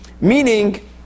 meaning